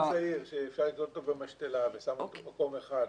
עץ צעיר שאפשר לקנות במשתלה ואת שמה אותו במקום אחד.